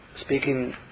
speaking